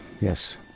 yes